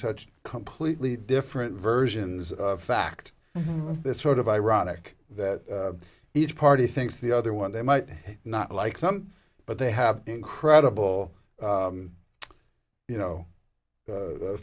such completely different versions of fact this sort of ironic that each party thinks the other one they might not like them but they have incredible you know u